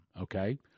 Okay